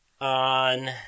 On